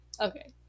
Okay